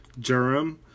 Jerem